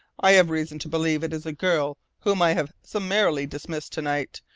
i have reason to believe it is a girl whom i have summarily dismissed to-night,